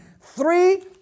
Three